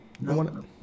No